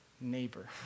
neighbor